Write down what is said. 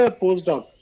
postdoc